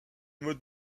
modes